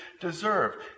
deserve